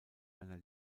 einer